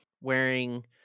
wearing